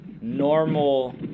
normal